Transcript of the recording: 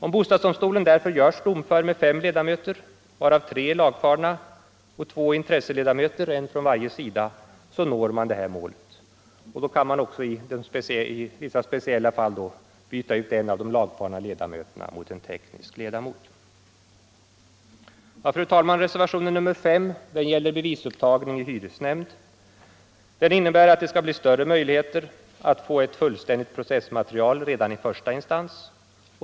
Om bostadsdomstolen därför görs domför med fem ledamöter, av vilka tre är lagfarna och två intresseledamöter, en från varje sida, så når man det här målet. Då kan man också i vissa speciella fall byta ut en av de lagfarna ledamöterna mot en teknisk ledamot. Reservationen 5 gäller bevisupptagning i hyresnämnd. Den innebär att det skall bli större möjligheter att få ett fullständigt processmaterial redan i första instans.